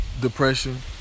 depression